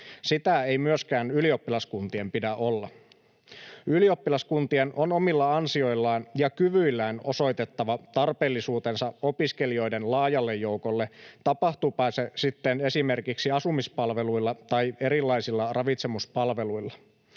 pidä olla myöskään ylioppilaskuntien. Ylioppilaskuntien on omilla ansioillaan ja kyvyillään osoitettava tarpeellisuutensa opiskelijoiden laajalle joukolle, tapahtuipa se sitten esimerkiksi asumispalveluilla tai erilaisilla ravitsemuspalveluilla.